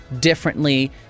differently